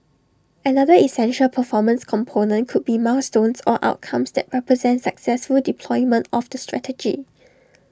another essential performance component could be milestones or outcomes that represent successful deployment of the strategy